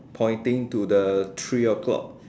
pointing to the three o-clock